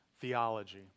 theology